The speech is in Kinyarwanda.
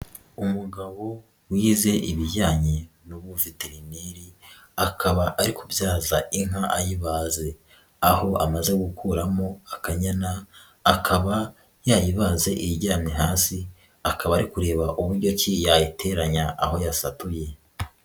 Umugabo wize ibijyanye n'ubuveterineri, akaba ari kubyaza inka ayibaze, aho amaze gukuramo akanyana, akaba yayibaze iryamye hasi, akaba ari kureba uburyo ki yayiteranya aho yayisatuye.